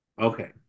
Okay